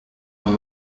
oma